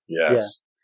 Yes